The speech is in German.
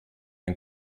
ein